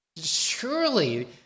surely